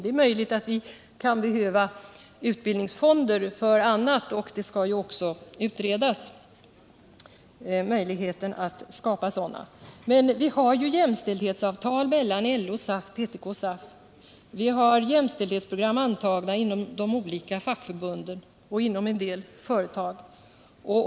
Det är möjligt att vi behöver utbildningsfonder för annat, och möjligheten att skapa sådana skall också utredas. Men vi har ju jämställdhetsavtal mellan LO och SAF och mellan PTK och SAF. Inom de olika fackförbunden och inom en del företag har jämställdhetsprogram antagits.